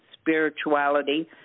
spirituality